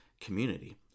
community